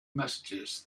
messages